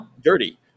dirty